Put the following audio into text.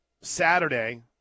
Saturday